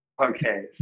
Okay